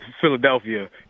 Philadelphia